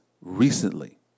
recently